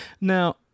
Now